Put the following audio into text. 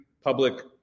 public